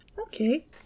Okay